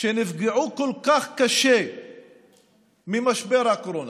שנפגעו כל כך קשה ממשבר הקורונה,